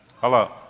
Hello